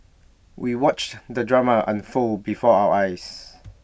we watched the drama unfold before our eyes